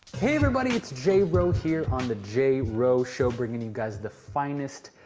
hey everybody it's j-wro j-wro here on the j-wro j-wro show bringing you guys the finest,